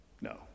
No